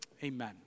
Amen